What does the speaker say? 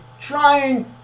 trying